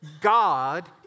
God